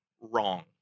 wrong